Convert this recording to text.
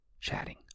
chatting